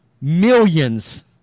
millions